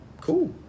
cool